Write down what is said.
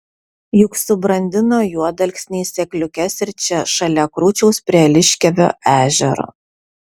juk subrandino juodalksniai sėkliukes ir čia šalia krūčiaus prie liškiavio ežero